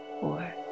four